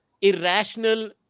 irrational